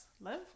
live